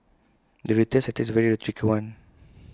the retail sector is A very tricky one